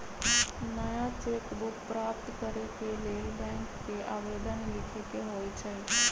नया cheque book प्राप्त करेके लेल बैंक के आवेदन लीखे के होइ छइ